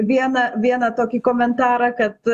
vieną vieną tokį komentarą kad